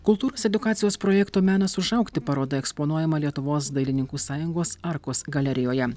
kultūros edukacijos projekto menas užaugti paroda eksponuojama lietuvos dailininkų sąjungos arkos galerijoje